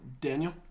Daniel